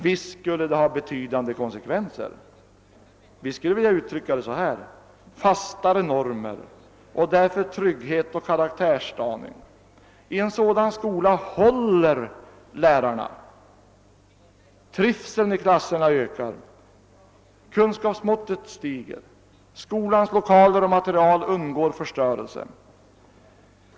Visst skulle en sådan skola ha betydande konsekvenser: fastare normer och därför trygghet och karaktärsdaning. I en sådan skola håller lärarna, trivseln i klasserna ökar, kunskapsmåttet blir större och skolans lokaler och materiel undgår förstörelse.